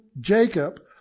Jacob